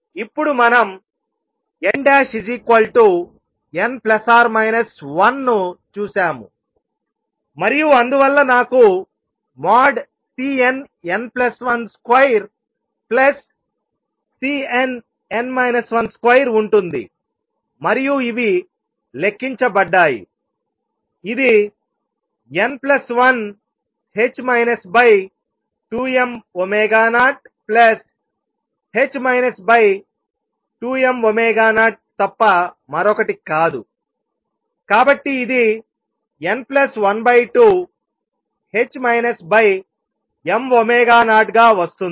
ఇప్పుడుమనం nn±1 ను చూశాము మరియు అందువల్ల నాకు Cnn12|Cnn 1 |2 ఉంటుంది మరియు ఇవి లెక్కించబడ్డాయి ఇది n12m0n2m0 తప్ప మరొకటి కాదు కాబట్టి ఇది n12m0గా వస్తుంది